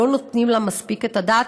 שלא נותנים לה מספיק את הדעת,